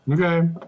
Okay